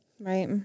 Right